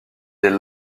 des